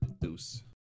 Deuce